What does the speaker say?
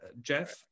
Jeff